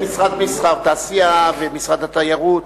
משרד המסחר והתעשייה ומשרד התיירות.